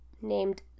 named